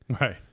Right